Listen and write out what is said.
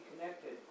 connected